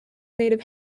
native